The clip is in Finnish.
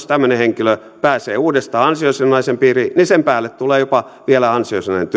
tämmöinen henkilö pääsee uudestaan ansiosidonnaisen piiriin niin sen päälle tulee jopa vielä ansiosidonnainen